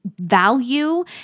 value